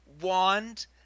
wand